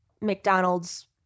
McDonald's